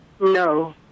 No